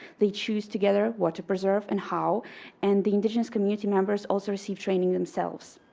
they choose together what to preserve and how and the indigenous community members also receive training themselves.